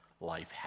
life